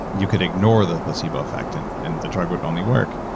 you could ignore the placebo effect and and the drug would only work,